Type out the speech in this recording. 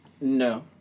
No